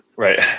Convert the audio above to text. Right